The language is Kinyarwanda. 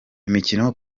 imikino